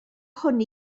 hwn